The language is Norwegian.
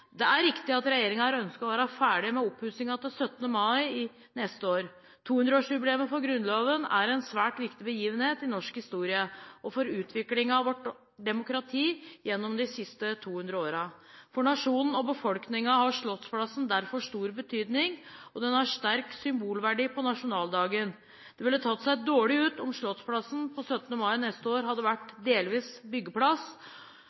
Det er riktig at regjeringen har ønsket å være ferdig med oppussingen til 17. mai neste år. 200-årsjubileet for Grunnloven er en svært viktig begivenhet i norsk historie og for utviklingen av vårt demokrati gjennom de siste 200 årene. For nasjonen og befolkningen har Slottsplassen derfor stor betydning, og den har sterk symbolverdi på nasjonaldagen. Det ville tatt seg dårlig ut om Slottsplassen 17. mai neste år